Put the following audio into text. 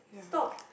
stop